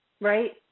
Right